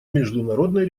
международный